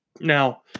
Now